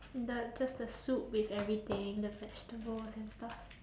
the just the soup with everything the vegetables and stuff